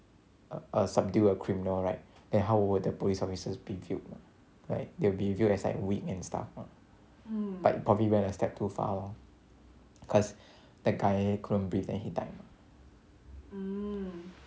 err subdue a criminal right and how were the police officers be viewed like they'll be viewed as weak and stuff mah but probably went a step too far lor cause the guy couldn't breathe then he died